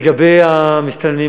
לגבי המסתננים,